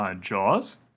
Jaws